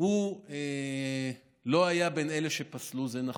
לא היה בין אלה שפסלו, זה נכון,